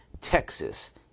Texas